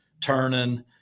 turning